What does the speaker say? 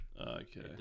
Okay